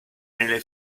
nelle